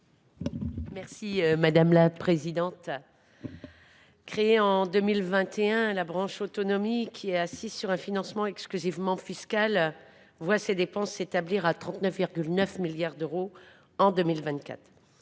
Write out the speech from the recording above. l’amendement n° 941. Créée en 2021, la branche autonomie, assise sur un financement exclusivement fiscal, voit ses dépenses s’établir à 39,9 milliards d’euros en 2024.